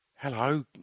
hello